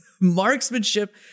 Marksmanship